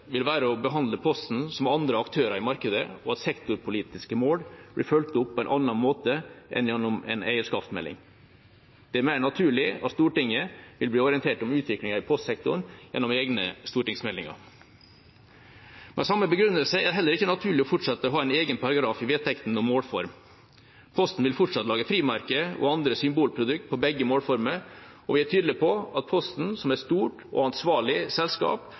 vil være å behandle Posten som andre aktører i markedet og at sektorpolitiske mål blir fulgt opp på en annen måte enn gjennom en eierskapsmelding. Det er mer naturlig at Stortinget vil bli orientert om utviklingen i postsektoren gjennom egne stortingsmeldinger. Med samme begrunnelse er det heller ikke naturlig å fortsette å ha en egen paragraf i vedtektene om målform. Posten vil fortsatt lage frimerker og andre symbolprodukter på begge målformer, og vi er tydelige på at Posten som et stort og ansvarlig selskap